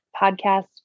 podcast